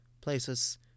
Places